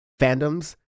fandoms